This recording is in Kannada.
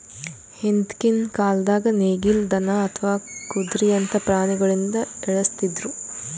ಹಿಂದ್ಕಿನ್ ಕಾಲ್ದಾಗ ನೇಗಿಲ್, ದನಾ ಅಥವಾ ಕುದ್ರಿಯಂತಾ ಪ್ರಾಣಿಗೊಳಿಂದ ಎಳಸ್ತಿದ್ರು